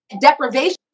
deprivation